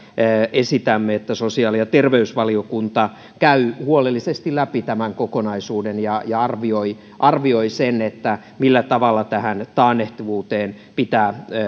esitämme että sosiaali ja terveysvaliokunta käy huolellisesti läpi tämän kokonaisuuden ja ja arvioi arvioi sen millä tavalla tähän taannehtivuuteen pitää